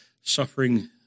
suffering